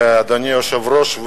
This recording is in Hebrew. אדוני היושב-ראש,